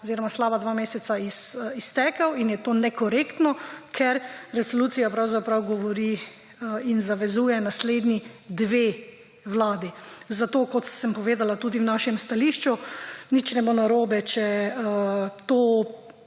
oziroma slaba dva meseca iztekel. In je to nekorektno, ker resolucija pravzaprav zavezuje naslednji dve vladi. Zato, kot sem povedala tudi v našem stališču, nič ne bo narobe, če to